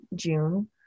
June